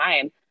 time